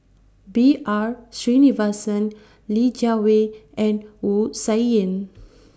B R Sreenivasan Li Jiawei and Wu Tsai Yen